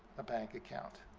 a bank account.